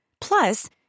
Plus